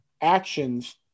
actions